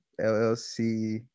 LLC